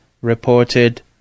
reported